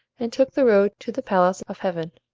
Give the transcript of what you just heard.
and took the road to the palace of heaven.